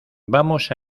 vamos